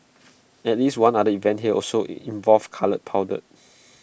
at least one other event here also involved coloured powder